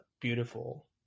beautiful